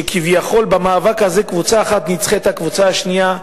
שכביכול במאבק הזה קבוצה אחת ניצחה את הקבוצה השנייה,